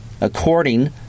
according